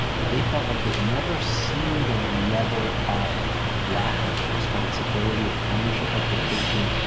but they felt like they've never seen the level of lack of responsibility, of ownership of the patient,